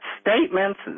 statements